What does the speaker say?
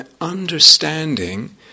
understanding